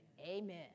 amen